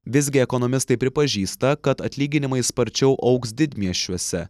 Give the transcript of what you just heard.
visgi ekonomistai pripažįsta kad atlyginimai sparčiau augs didmiesčiuose